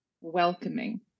welcoming